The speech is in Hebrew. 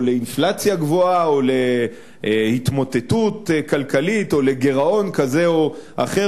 או לאינפלציה גבוהה או להתמוטטות כלכלית או לגירעון כזה או אחר,